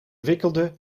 wikkelde